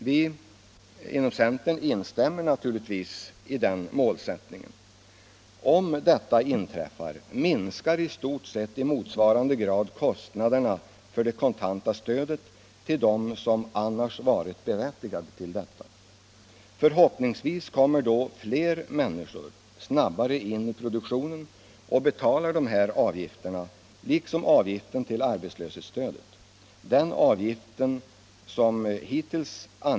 Vi inom centern instämmer naturligtvis i den målsättningen. Och om detta inträffar minskar i stort sett i motsvarande grad kostnaderna för det kontanta stödet till dem som annars varit berättigade till detta. Förhoppningsvis kommer då fler människor snabbare in i produktionen och betalar denna avgift liksom avgiften för arbetslöshetsstödet.